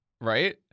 Right